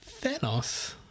Thanos